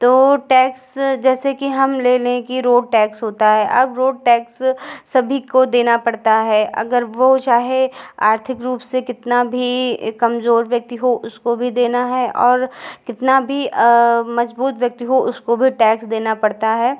तो टैक्स जैसे कि हम ले लें रोड टैक्स होता है अब रोड टैक्स सभी को देना पड़ता है अगर वह चाहे आर्थिक रूप से कितना भी कमजोर व्यक्ति हो उसको भी देना है और कितना भी मजबूत व्यक्ति हो उसको भी टैक्स देना पड़ता है